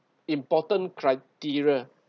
important criteria